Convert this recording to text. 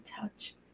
touch